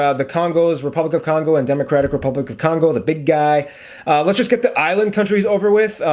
ah the congos republic of congo and democratic republic of congo the big guy let's just get the island countries over with,